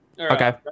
Okay